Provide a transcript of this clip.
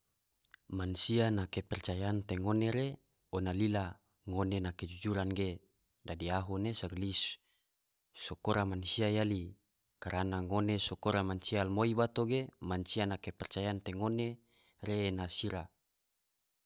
Mansia na kepercayaan te ngone re ona lila ngone na kejujuran ge, dadi ahu ne sagali so kora mansia yali, karana ngone so kora mansia alumoi bato ge mansia na kepercayaan te ngone re ena sira.